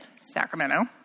Sacramento